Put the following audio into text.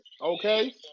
Okay